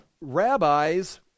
rabbis